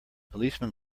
policemen